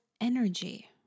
energy